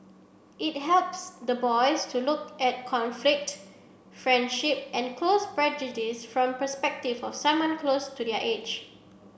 it helps the boys to look at conflict friendship and prejudice from perspective of someone close to their age